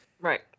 Right